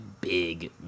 big